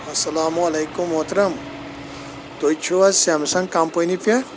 السلام علیکُم محترم تُہۍ چھِ حظ سیمسنگ کَمپٔنی پٮ۪ٹھ